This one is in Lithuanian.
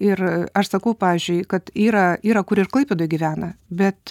ir aš sakau pavyzdžiui kad yra yra kur ir klaipėdoj gyvena bet